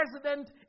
President